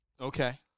Okay